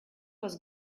was